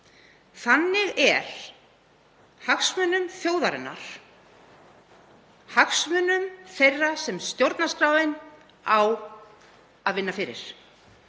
Þannig er hagsmunum þjóðarinnar, hagsmunum þeirra sem stjórnarskráin á að vinna fyrir,